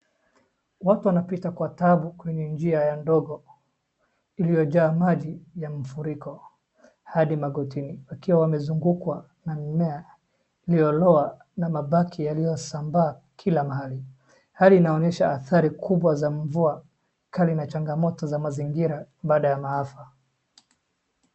Watu wanapita kwa taabu kwenye njia ya ndogo iliyonjaa maji ya mafuriko hadi magotini, wakiwa wamezugukwa na mimea iliyoloa na mabaki yalisambaa kila mahali. Hali inaonyesha athari kubwa za mvua kali na changamoto za mazingira baada ya maafa.